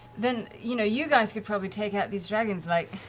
then you know you guys could probably take out these dragons, like,